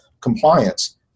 compliance